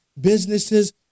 businesses